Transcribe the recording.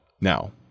Now